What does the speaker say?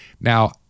Now